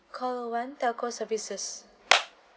call one telco services